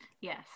Yes